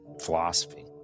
philosophy